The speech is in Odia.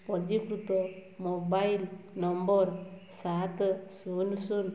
ପଞ୍ଜୀକୃତ ମୋବାଇଲ୍ ନମ୍ବର୍ ସାତ ଶୂନ ଶୂନ